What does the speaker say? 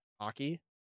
hockey